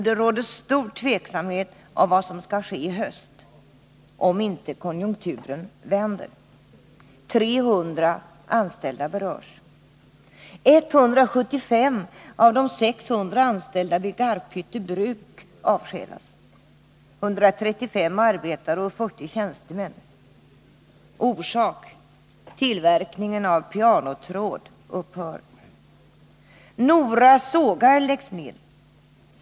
Det råder stor tveksamhet inför vad som skall ske i höst, om inte konjunkturen vänder. 300 anställda berörs. Nora Sågar AB läggs ned.